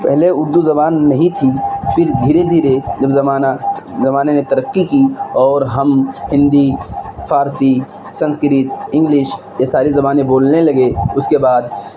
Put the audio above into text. پہلے اردو زبان نہیں تھی پھر دھیرے دھیرے جب زمانہ زمانے نے ترقی کی اور ہم ہندی فارسی سنسکرت انگلش یہ ساری زبانیں بولنے لگے اس کے بعد